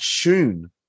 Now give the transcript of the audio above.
tune